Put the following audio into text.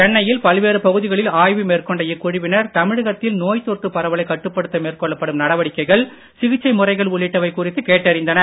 சென்னையில் பல்வேறு பகுதிகளில் ஆய்வு மேற்கொண்ட இக்குழுவினர் தமிழகத்தில் நோய் தொற்று பரவலைக் கட்டுப்படுத்த மேற்கொள்ளப்படும் நடவடிக்கைகள் சிகிச்சை முறைகள் உள்ளிட்டவை குறித்து கேட்டறிந்தனர்